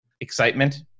excitement